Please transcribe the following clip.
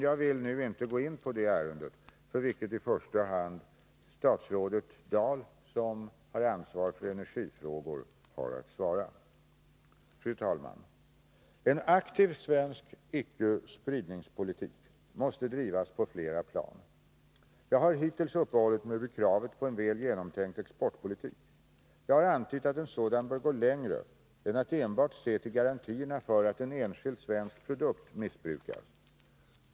Jag vill inte nu gå in på detta ärende, för vilket i första hand statsrådet Dahl, som har ansvar för energifrågor, har att svara. Fru talman! En aktiv svensk icke-spridningspolitik måste drivas på flera plan. Jag har hittills uppehållit mig vid kravet på en väl genomtänkt exportpolitik. Jag har antytt att en sådan bör gå längre än att enbart se till garantierna mot att en enskild svensk produkt missbrukas.